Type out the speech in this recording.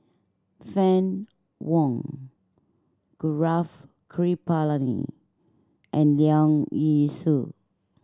Fann Wong Gaurav Kripalani and Leong Yee Soo